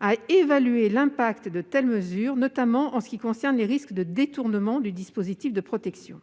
à évaluer l'impact de telles mesures, notamment en ce qui concerne les risques de détournement du dispositif de protection.